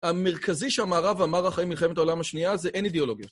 המרכזי שהמערב אמר אחרי מלחמת העולם השנייה זה אין אידאולוגיה.